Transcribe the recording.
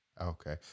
okay